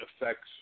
affects